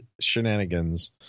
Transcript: shenanigans